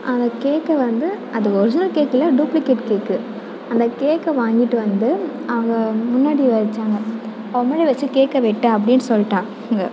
அந்த கேக்கை வந்து அது ஒர்ஜினல் கேக் இல்லை டூப்ளிகேட் கேக்கு அந்த கேக்கை வாங்கிட்டு வந்து அவங்க முன் முன்னாடி வைச்சாங்க அவள் முன்னாடி வெச்சு கேக்கை வெட்டு அப்படின் சொல்லிட்டா ங்க